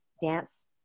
dance